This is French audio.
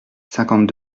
cinquante